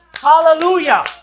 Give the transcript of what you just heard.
Hallelujah